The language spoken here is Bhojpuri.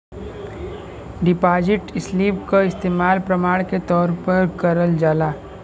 डिपाजिट स्लिप क इस्तेमाल प्रमाण के तौर पर करल जाला